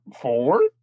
Four